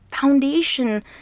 foundation